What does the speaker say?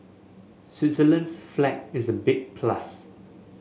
Switzerland's flag is a big plus